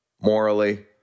morally